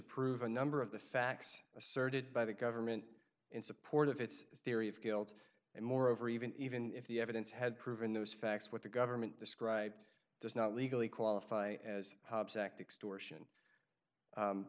prove a number of the facts asserted by the government in support of its theory of guilt and moreover even even if the evidence had proven those facts what the government described does not legally qualify as